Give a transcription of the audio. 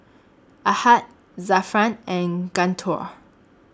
Ahad Zafran and Guntur